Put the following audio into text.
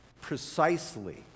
precisely